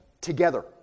together